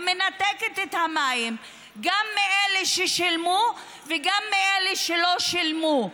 ומנתקת את המים גם מאלה ששילמו וגם מאלה שלא שילמו.